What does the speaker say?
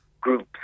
groups